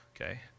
Okay